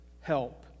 help